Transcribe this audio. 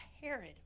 Herod